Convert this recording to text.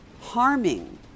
harming